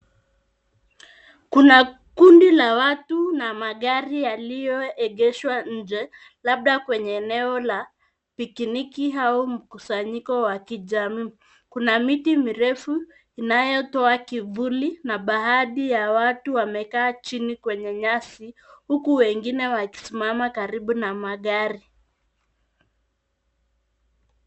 Kuna kundi la watu na magari yaliyoegeshwa nje, labda kwenye eneo la pikiniki au mkusanyiko wa kijamii. Kuna miti mirefu inayotoa kivuli, na baadhi ya watu wamekaa chini kwenye nyasi, huku wengine wakisimama karibu na magari.